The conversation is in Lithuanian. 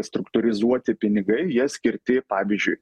struktūrizuoti pinigai jie skirti pavyzdžiui